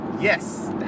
Yes